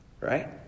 right